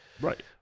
Right